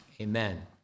Amen